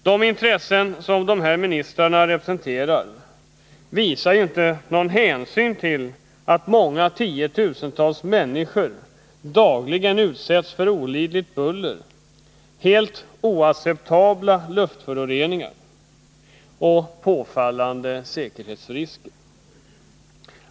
De intressen som dessa ministrar representerar visar inte någon hänsyn till att många tiotusental människor dagligen utsätts för olidligt buller, helt oacceptabla luftföroreningar och påfallande säkerhetsrisker.